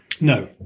No